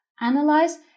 Analyze